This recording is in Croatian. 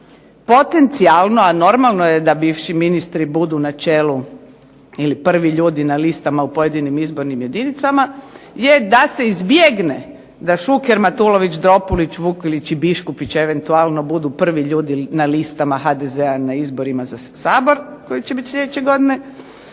potencijalno, a normalno je da bivši ministri budu na čelu ili prvi ljudi na listama u pojedinim izbornim jedinicama, je da se izbjegne da Šuker, Matulović Dropulić, Vukelić i Biškupić eventualno budu prvi ljudi na listama HDZ-a na izborima za Sabor koji će biti sljedeće godine,